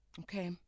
Okay